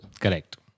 Correct